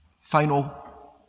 Final